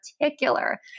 particular